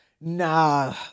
Nah